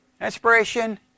inspiration